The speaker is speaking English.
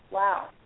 Wow